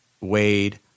Wade